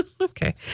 Okay